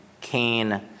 Cain